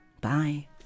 Bye